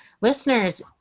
listeners